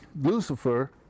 Lucifer